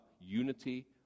unity